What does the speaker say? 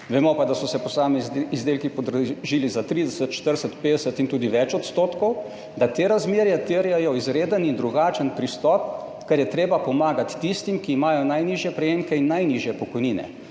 vemo pa, da so se posamezni izdelki podražili za 30, 40, 50 in tudi več odstotkov, da te razmere terjajo izreden in drugačen pristop, ker je treba pomagati tistim, ki imajo najnižje prejemke in najnižje pokojnine.